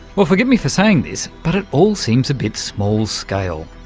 well, forgive me for saying this, but it all seems a bit small-scale,